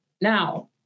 Now